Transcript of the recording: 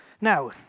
Now